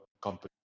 company